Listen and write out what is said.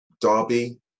derby